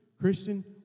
Christian